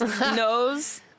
knows